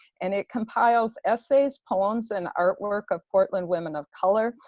and it compiles essays, poems, and artwork of portland women of color.